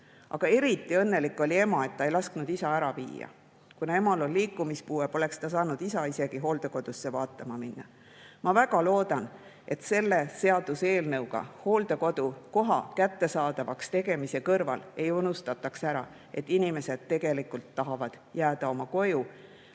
Aga eriti õnnelik oli ema, et ta ei lasknud isa ära viia. Kuna emal on liikumispuue, poleks ta saanud isa isegi hooldekodusse vaatama minna. Ma väga loodan, et selle seaduseelnõuga hooldekodukoha kättesaadavaks tegemise kõrval ei unustataks ära, et inimesed tegelikult tahavad jääda oma koju,